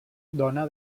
dóna